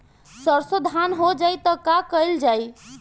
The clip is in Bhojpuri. सरसो धन हो जाई त का कयील जाई?